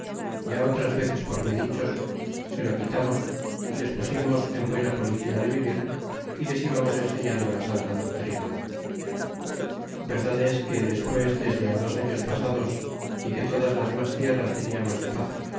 ya otras veces por mí dicho se lo quitamos y les pusimos en buena policía de vivir y les íbamos enseñando la santa doctrina verdad es que despues desde dos años pasados y que todas las mas tierras teníamos de paz